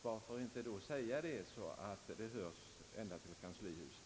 Varför inte säga det så att det hörs ända till Kanslihuset?